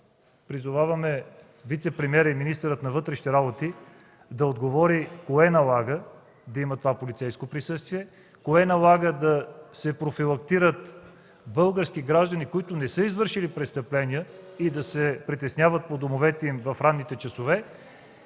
призоваваме вицепремиера и министър на вътрешните работи да отговори: кое налага да има това полицейско присъствие, кое налага да се профилактират български граждани, които не са извършили престъпления, и да се притесняват по домовете им в ранните часове?